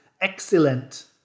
excellent